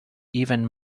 even